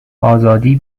آزادی